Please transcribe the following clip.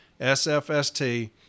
SFST